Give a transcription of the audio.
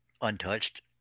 untouched